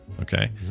Okay